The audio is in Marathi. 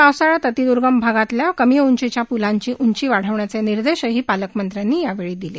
पावसाळयात अतिद्र्गम भागातील कमी उंचीच्या प्लांची उंची वाढविण्याचे निर्देशही पालकमंत्र्यांनी दिले